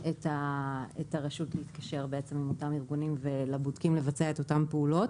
את הרשות להתקשר עם אותם ארגונים ולבודקים לבצע את אותן פעולות.